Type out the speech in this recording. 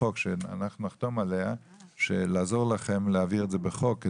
חוק עליה נחתום ונעזור לכם להעביר את זה בחוק.